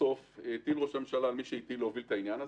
בסוף הטיל ראש הממשלה על מי שהטיל להוביל את העניין הזה,